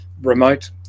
remote